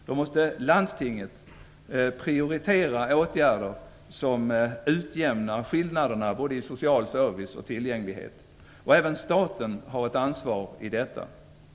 Då måste landstinget prioritera åtgärder som utjämnar skillnaderna både i social service och tillgänglighet. Även staten har ett ansvar i detta.